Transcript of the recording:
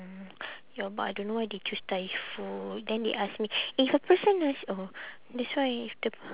ya but I don't know why they choose thai food then they ask me if a person nice oh that's why if the